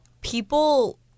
people